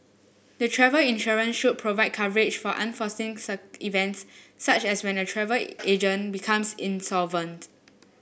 the travel insurance should provide coverage for unforeseen events such as when a travel agent becomes insolvent